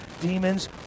demons